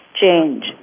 change